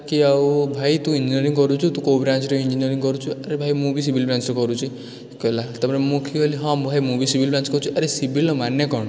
କି ଆଉ ଭାଇ ତୁ ଇଞ୍ଜିନିୟରିଙ୍ଗ୍ କରୁଛୁ ତୁ କେଉଁ ବ୍ରାଞ୍ଚ୍ରେ ଇଞ୍ଜିନିୟରିଙ୍ଗ୍ କରୁଛୁ ଆରେ ଭାଇ ମୁଁ ବି ସିଭିଲ୍ ବ୍ରାଞ୍ଚ୍ରେ କରୁଛି କହିଲା ତା'ପରେ ମୁଁ କହିଲି ହଁ ଭାଇ ମୁଁ ସିଭିଲ୍ ବ୍ରାଞ୍ଚ୍ କରୁଛି ଆରେ ସିଭିଲ୍ର ମାନେ କ'ଣ